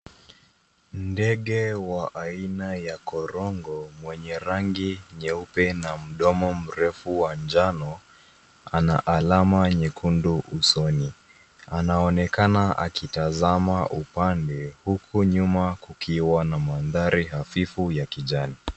Ndege wa aina ya korongo, mwenye rangi nyeupe na mdomo mrefu wa njano, ana alama nyekundu usoni. Anaonekana akitazama upande, huku nyuma kukiwa na mandhari hafifu ya kijani.